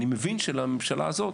אני מבין שכנראה לממשלה הזאת